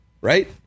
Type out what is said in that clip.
right